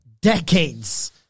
decades